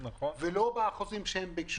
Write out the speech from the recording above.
ולא באחוזים שהם ביקשו.